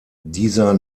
dieser